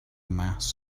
mass